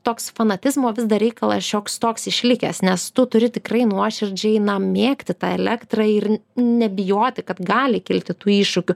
toks fanatizmo vis dar reikalas šioks toks išlikęs nes tu turi tikrai nuoširdžiai mėgti tą elektrą ir nebijoti kad gali kilti tų iššūkių